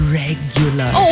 regular